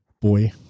boy